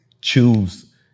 choose